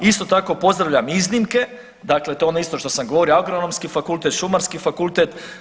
Isto tako pozdravljam iznimke, dakle to je ono isto što sam govorio Agronomski fakultet, Šumarski fakultet.